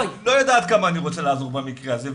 את לא יודעת כמה אני רוצה לעזור במקרה הזה,